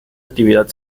actividad